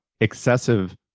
Excessive